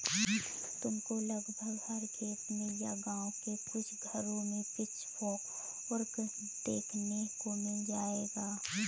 तुमको लगभग हर खेत में या गाँव के कुछ घरों में पिचफोर्क देखने को मिल जाएगा